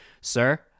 Sir